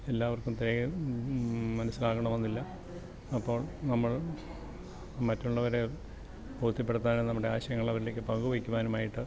എല്ലാവർക്കും തയാർ മനസിലാകണമെന്നില്ല അപ്പോൾ നമ്മൾ മറ്റുള്ളവരെ ബോധ്യപ്പെടുത്താനും നമ്മുടെ ആശയങ്ങള് അവരിലേക്ക് പങ്കുവെക്കുവാനുമായിട്ട്